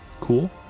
Cool